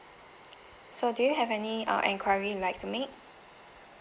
so do you have any uh enquiry you'd like to make